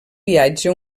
viatge